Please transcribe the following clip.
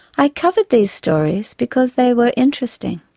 i covered these stories, because they were interesting.